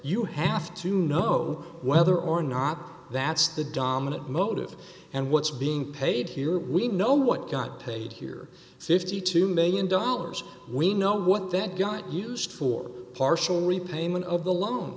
you have to know whether or not that's the dominant motive and what's being paid here we know what got paid here fifty two million dollars we know what that got used for partial repayment of the loan